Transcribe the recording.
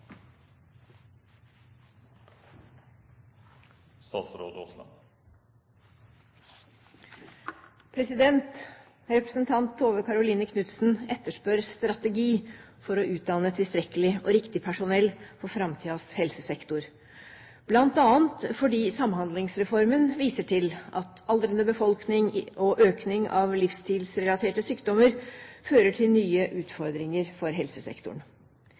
Tove Karoline Knutsen etterspør strategi for å utdanne tilstrekkelig og riktig personell for framtidens helsesektor, bl.a. fordi Samhandlingsreformen viser til at aldrende befolkning og økning av livsstilsrelaterte sykdommer medfører nye utfordringer for helsesektoren.